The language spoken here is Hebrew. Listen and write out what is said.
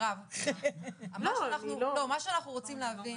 מה שאנחנו רוצים להבין,